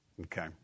okay